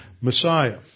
Messiah